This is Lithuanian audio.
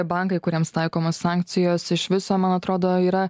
bankai kuriems taikomos sankcijos iš viso man atrodo yra